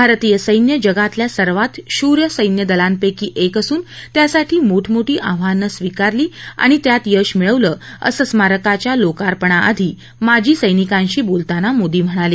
भारतीय सैन्य जगातल्या सर्वात शूर सैन्यदलापैकी एक असून त्यांनी मोठमोठी आव्हानं स्वीकारली आणि त्यात यश मिळवलं असं स्मारकाच्या लोकार्पणाआधी माजी सैनिकांशी बोलताना मोदी म्हणाले